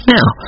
Now